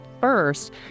first